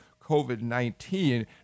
COVID-19